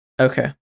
Okay